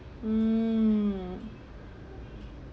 hmm